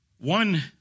One